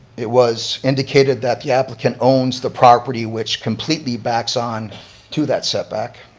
it was indicated that the applicant owns the property which completely backs on to that setback.